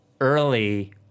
early